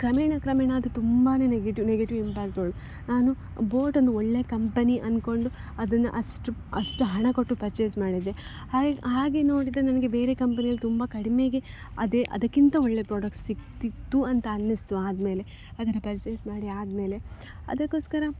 ಕ್ರಮೇಣ ಕ್ರಮೇಣ ಅದು ತುಂಬಾ ನೆಗೆಟಿವ್ ನೆಗೆಟಿವ್ ಇಂಪ್ಯಾಕ್ಟ್ಗಳು ನಾನು ಬೋಟ್ ಒಂದು ಒಳ್ಳೆಯ ಕಂಪೆನಿ ಅಂದ್ಕೊಂಡು ಅದನ್ನು ಅಷ್ಟು ಅಷ್ಟು ಹಣ ಕೊಟ್ಟು ಪರ್ಚೇಸ್ ಮಾಡಿದ್ದೆ ಹಾಗೇ ಹಾಗೇ ನೋಡಿದರೆ ನನಗೆ ಬೇರೆ ಕಂಪೆನಿಯಲ್ಲಿ ತುಂಬ ಕಡಿಮೆಗೆ ಅದೇ ಅದಕ್ಕಿಂತ ಒಳ್ಳೆಯ ಪ್ರಾಡಕ್ಟ್ಸ್ ಸಿಕ್ತಿತ್ತು ಅಂತ ಅನ್ನಿಸ್ತು ಆದಮೇಲೆ ಅದನ್ನು ಪರ್ಚೇಸ್ ಮಾಡಿ ಆದಮೇಲೆ ಅದಕ್ಕೋಸ್ಕರ